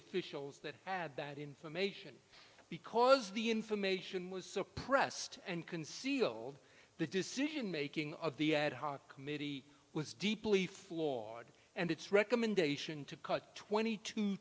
officials that that information because the information was suppressed and concealed the decision making of the ad hoc committee was deeply flawed and its recommendation to cut twenty two